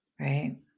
right